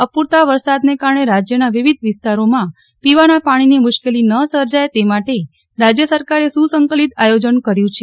અપૂરતા વરસાદને કારણે રાજયના વિવિધ વિસ્તારોમાં પીવાના પાણીની મુશ્કેલી ન સર્જાય તે માટે રાજય સરકારે સુસંકલીત આયોજન કર્યુ છે